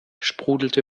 sprudelte